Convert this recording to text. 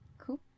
Cool